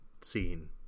scene